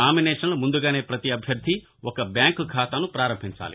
నామినేషన్లను ముందుగానే పతి అభ్యర్థి ఒక బ్యాంక్ ఖాతను పారంభించాలి